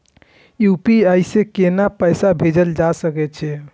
UPI से केना पैसा भेजल जा छे?